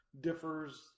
differs